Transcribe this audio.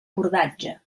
cordatge